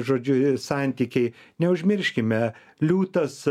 žodžiu santykiai neužmirškime liūtas